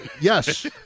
Yes